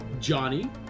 Johnny